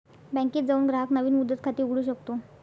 बँकेत जाऊन ग्राहक नवीन मुदत खाते उघडू शकतो